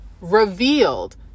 revealed